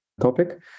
topic